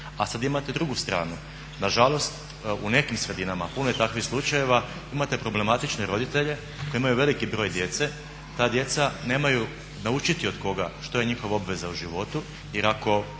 A sad imate drugu stranu, nažalost u nekim sredinama, puno je takvih slučajeva, imate problematične roditelje koji imaju veliki broj djece. Ta djeca nemaju naučiti od koga što je njihova obveza u životu, bez